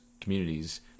communities